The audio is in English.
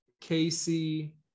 Casey